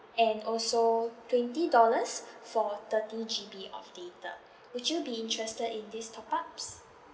and also twenty dollars for thirty G_B of data would you be interested in these top ups